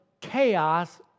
chaos